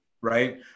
Right